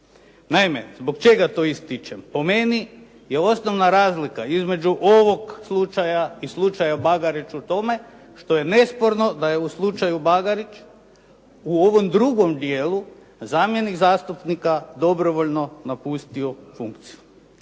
Naime, zbog čega to ističem? Po meni je osnovna razlika između ovog slučaja i slučaja Bagarić o tome što je nesporno da je u slučaju Bagarić u ovom drugom dijelu zamjenik zastupnika dobrovoljno napustio funkciju.